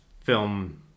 film